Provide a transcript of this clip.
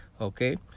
okay